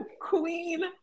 queen